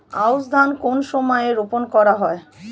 আউশ ধান কোন সময়ে রোপন করা হয়?